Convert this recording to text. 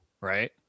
right